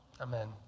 Amen